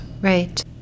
Right